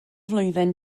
flwyddyn